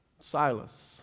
Silas